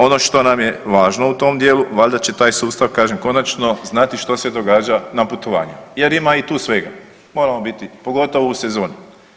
Ono što nam je važno u tom dijelu valjda će taj sustav kažem konačno znati što se događa na putovanju jer ima i tu svega, moramo biti, pogotovo u sezoni.